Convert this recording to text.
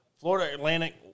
Florida-Atlantic